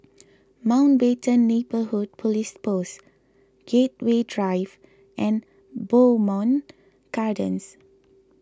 Mountbatten Neighbourhood Police Post Gateway Drive and Bowmont Gardens